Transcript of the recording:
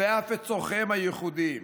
ואף עם צורכיהם הייחודיים.